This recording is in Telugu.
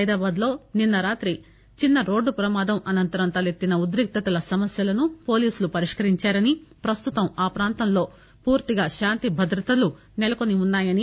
సైదాబాద్ లో నిన్న రాత్రి చిన్న రోడ్సుప్రమాదం అనంతరం తలెత్తిన ఉద్రిక్తతల సమస్యను పోలీసులు పరిష్కరించారని ప్రస్తుతం ఆ ప్రాంతంలో పూర్తిగా శాంతిభద్రతలు సెలకొని ఉన్నాయని ఆయన స్పష్టంచేశారు